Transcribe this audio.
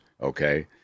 Okay